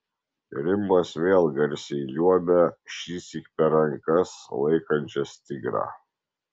rimbas vėl garsiai liuobia šįsyk per rankas laikančias tigrą